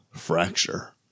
fracture